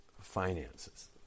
finances